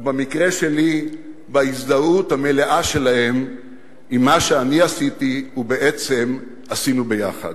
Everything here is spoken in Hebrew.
ובמקרה שלי בהזדהות המלאה שלהן עם מה שאני עשיתי ובעצם עשינו יחד.